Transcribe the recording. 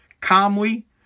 calmly